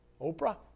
Oprah